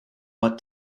what